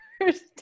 first